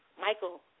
Michael